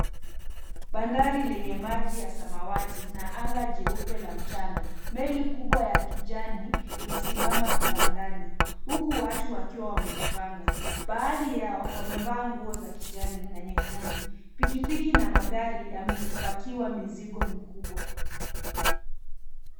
Bandari lenye maji ya samawati na anga jeupe la mchana meli kubwa ya kijani imesimama uwandani huku watu wakiwa wamejipanga, baadhi yao wamevaa nguo za kijani na nyekundu. Pikipiki na magari yamepakiwa mizigo mikubwa.